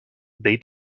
they